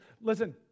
Listen